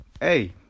Hey